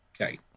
Okay